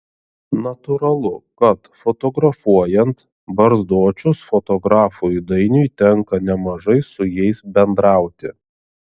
natūralu kad fotografuojant barzdočius fotografui dainiui tenka nemažai su jais bendrauti